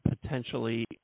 potentially